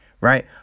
right